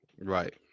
Right